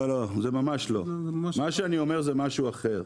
לא לא זה ממש לא, מה שאני אומר זה משהו אחר,